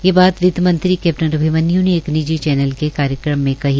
ये बात वित्तमंत्री कैप्टन अभिमन्यू ने एक निजी चैनल के कार्यक्रम में कही